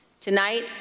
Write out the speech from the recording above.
Tonight